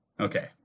okay